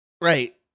Right